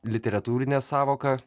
literatūrinę sąvoką